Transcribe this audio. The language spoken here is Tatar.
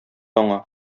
аңа